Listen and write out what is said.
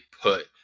put